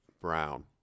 Brown